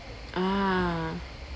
ah